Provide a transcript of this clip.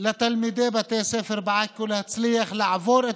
לתלמידי בתי הספר בעכו להצליח לעבור את